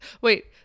wait